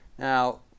Now